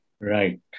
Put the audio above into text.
Right